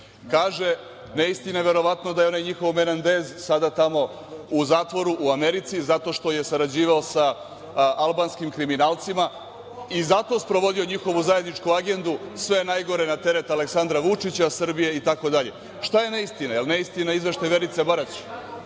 neistina je verovatno da je onaj njihov Menandez sada tamo u zatvoru u Americi zato što je sarađivao sa albanskim kriminalcima i zato sprovodio njihovu zajedničku agendu, sve najgore na teret Aleksandra Vučića, Srbije itd. Šta je neistina? Da li je neistina izveštaj Verice Barać?